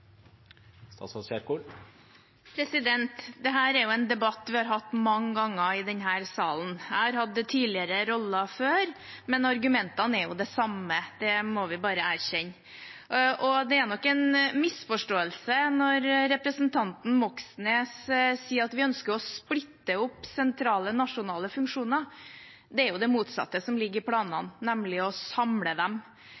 en debatt vi har hatt mange ganger i denne salen. Jeg har hatt andre roller før, men argumentene er jo de samme, det må vi bare erkjenne. Det er nok en misforståelse når representanten Moxnes sier at vi ønsker å splitte opp sentrale nasjonale funksjoner. Det er jo det motsatte som ligger i